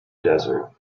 desert